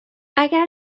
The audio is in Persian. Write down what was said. اگر